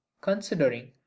considering